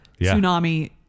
tsunami